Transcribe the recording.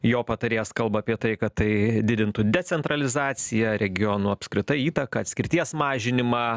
jo patarėjas kalba apie tai kad tai didintų decentralizaciją regionų apskritai įtaką atskirties mažinimą